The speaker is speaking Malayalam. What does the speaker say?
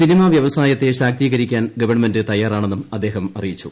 സിനിമാ വ്യവസായത്തെ ശാക്തീകരിക്കാൻ ഗവണ്മെന്റ് തയ്യാറാണെന്നും അദ്ദേഹം അറിയിച്ചു